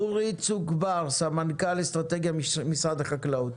אורי צוק-בר סמנכ"ל אסטרטגיה, משרד החקלאות.